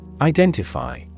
Identify